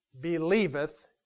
believeth